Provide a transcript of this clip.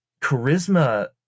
charisma